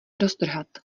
roztrhat